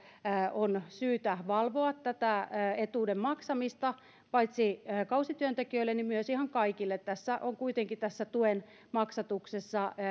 on syytä valvoa tätä etuuden maksamista paitsi kausityöntekijöille niin myös ihan kaikille tässä tuen maksatuksessa on kuitenkin